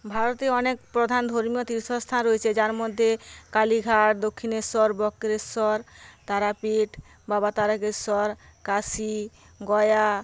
ভারতে অনেক প্রধান ধর্মীয় তীর্থস্থান রয়েছে যার মধ্যে কালীঘাট দক্ষিণেশ্বর বক্রেশ্বর তারাপীঠ বাবা তারকেশ্বর কাশী গয়া